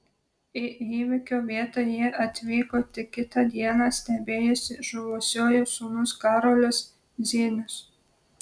į įvykio vietą jie atvyko tik kitą dieną stebėjosi žuvusiojo sūnus karolis zienius